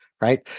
right